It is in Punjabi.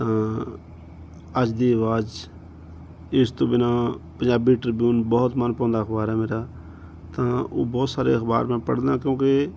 ਤਾਂ ਅੱਜ ਦੀ ਆਵਾਜ਼ ਇਸ ਤੋਂ ਬਿਨਾਂ ਪੰਜਾਬੀ ਟ੍ਰਿਬਿਊਨ ਬਹੁਤ ਮਨ ਭਾਉਂਦਾ ਅਖਬਾਰ ਹੈ ਮੇਰਾ ਤਾਂ ਉਹ ਬਹੁਤ ਸਾਰੇ ਅਖਬਾਰ ਮੈਂ ਪੜ੍ਹਦਾ ਕਿਉਂਕਿ